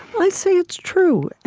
i say it's true.